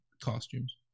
costumes